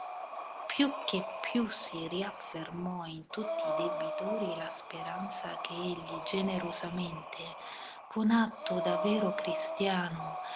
più che più si raffermò in tutti i debitori la speranza che egli generosamente con atto da vero cristiano